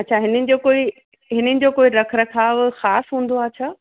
अच्छा हिनिनि जो कोई रखु रखाव ख़ासि हूंदो आहे छा